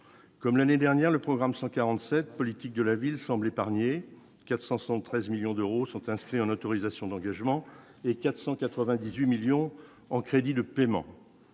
comme l'année dernière le programme 147 politique de la ville semble épargner 473 millions d'euros sont inscrits en autorisations d'engagement et 498 millions en crédits de paiement,